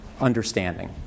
understanding